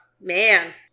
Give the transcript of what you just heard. Man